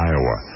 Iowa